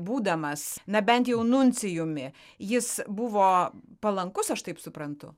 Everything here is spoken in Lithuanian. būdamas na bent jau nuncijumi jis buvo palankus aš taip suprantu